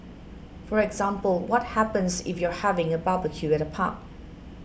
for example what happens if you're having a barbecue at a park